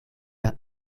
per